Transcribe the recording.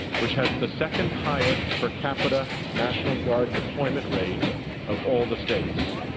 which has the second highest per capita national guard deployment rate of all the states.